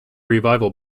revival